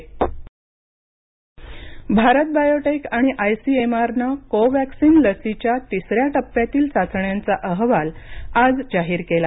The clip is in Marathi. कोवॅक्सिन अहवाल भारत बायोटेक आणि आयसीएमआर नं कोवॅक्सिन लसीच्या तिसऱ्या टप्प्यातील चाचण्यांचा अहवाल आज जाहीर केला